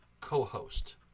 co-host